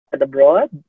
abroad